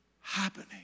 happening